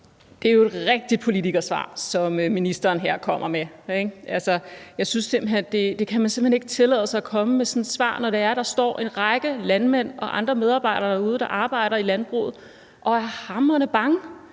Det er jo et rigtigt politikersvar, som ministeren her kommer med. Man kan simpelt hen ikke tillade sig at komme med sådan et svar, når det er, at der står en række landmænd og andre medarbejdere derude, der arbejder i landbruget, og er hamrende bange